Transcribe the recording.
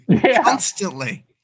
constantly